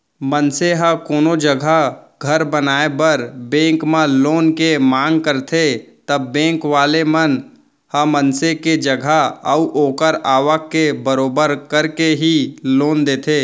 मनसे ह कोनो जघा घर बनाए बर बेंक म लोन के मांग करथे ता बेंक वाले मन ह मनसे के जगा अऊ ओखर आवक के बरोबर करके ही लोन देथे